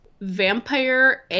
vampire